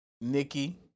Nikki